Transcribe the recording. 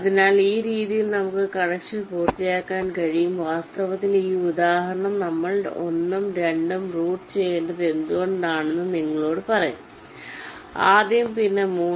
അതിനാൽ ഈ രീതിയിൽ നമുക്ക് കണക്ഷൻ പൂർത്തിയാക്കാൻ കഴിയും വാസ്തവത്തിൽ ഈ ഉദാഹരണം നമ്മൾ 1 ഉം 2 ഉം റൂട്ട് ചെയ്യേണ്ടത് എന്തുകൊണ്ടാണെന്ന് നിങ്ങളോട് പറയും ആദ്യം പിന്നെ 3